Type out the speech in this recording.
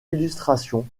illustrations